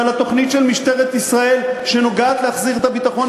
והתוכנית של משטרת ישראל שנוגעת להחזרת הביטחון